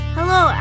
Hello